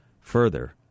further